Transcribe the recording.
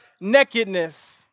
nakedness